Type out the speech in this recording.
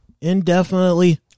Indefinitely